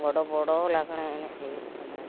ᱵᱚᱰᱚ ᱵᱚᱰᱚ ᱞᱟᱜᱽᱬᱮ ᱮᱱᱮᱡ ᱦᱩᱭᱩᱜ ᱠᱟᱱᱟ